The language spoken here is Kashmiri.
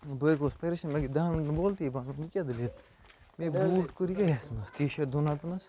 بٔے گوس پریشان مےٚ گٔے دَہَن مِنٹَن بولتیی بَنٛد مےٚ دوٚپ یہِ کیٛاہ دٔلیٖل میٚے بوٗٹھ کوٚر یہِ کیٛاہ یَتھ منٛز ٹی شٲٹ دۄن ہَتَن ہنٛز